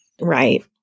Right